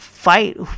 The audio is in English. Fight